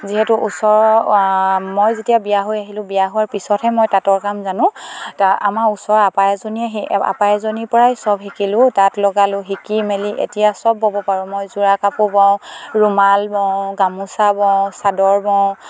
যিহেতু ওচৰৰ মই যেতিয়া বিয়া হৈ আহিলোঁ বিয়া হোৱাৰ পিছতহে মই তাঁতৰ কাম জানো আমাৰ ওচৰৰ আপা এজনীয়ে আপা এজনীৰ পৰাই চব শিকিলোঁ তাঁত লগালোঁ শিকি মেলি এতিয়া চব ব'ব পাৰোঁ মই যোৰা কাপোৰ বওঁ ৰুমাল বওঁ গামোচা বওঁ চাদৰ বওঁ